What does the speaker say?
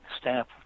stamp